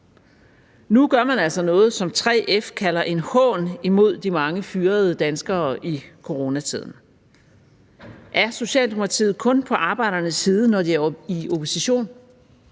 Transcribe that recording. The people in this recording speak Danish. Nu gør man altså noget, som 3F kalder en hån imod de mange fyrede danskere i coronatiden. Er Socialdemokratiet kun på arbejdernes side, når de er i opposition?